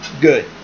good